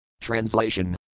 Translation